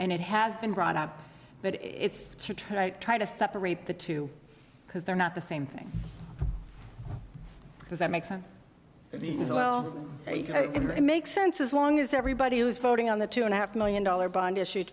and it has been brought up but it's true i try to separate the two because they're not the same thing because that makes sense if he says well it makes sense as long as everybody who is voting on the two and a half million dollar bond issue